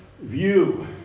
view